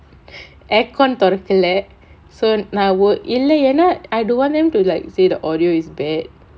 aircon தொறகல:thorakala so நான் ஓர் இல்ல ஏன்னா:naan or illa yaennaa I don't want them to like say the audio is bad